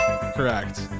Correct